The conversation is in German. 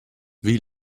wie